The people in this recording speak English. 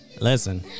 listen